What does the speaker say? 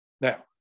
now